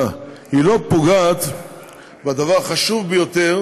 היא לא פוגעת בדבר החשוב ביותר